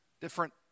different